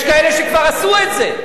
יש כאלה שכבר עשו את זה,